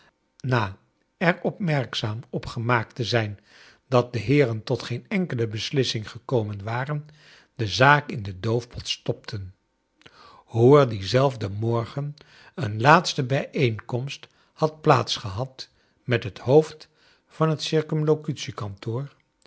na er opmerkzaam op gemaakt te zijn dat de heeren tot geen enkele beslissing gekomen waren de zaak in de doofpot stopten hoe er dien zelfden morgen een laatste bijeenkomst had plaats gehad met het hoofd van het